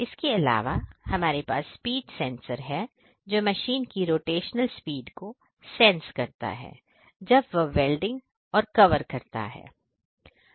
इसके अलावा हमारे पास स्पीड सेंसर है जो मशीन की रोटेशनल स्पीड को सेंस करता है जब वह वेल्डिंग करता है